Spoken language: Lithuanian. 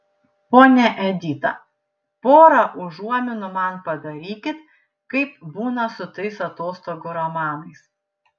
ponia edita pora užuominų man padarykit kaip būna su tais atostogų romanais